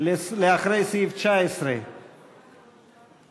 לאחרי סעיף 19 לא נתקבלה.